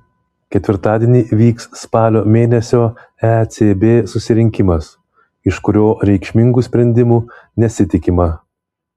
ketvirtadienį vyks spalio mėnesio ecb susirinkimas iš kurio reikšmingų sprendimų nesitikima